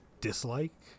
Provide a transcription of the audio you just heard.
dislike